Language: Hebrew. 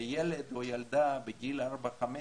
בילד או ילדה בגיל ארבע-חמש